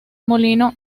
molino